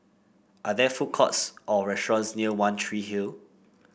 are there food courts or restaurants near One Tree Hill